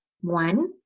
One